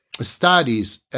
studies